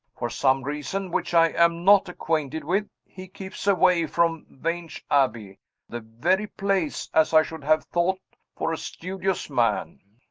for some reason which i am not acquainted with, he keeps away from vange abbey the very place, as i should have thought, for a studious man.